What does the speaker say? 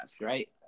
right